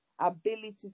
ability